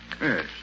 Yes